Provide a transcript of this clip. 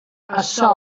açò